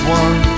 one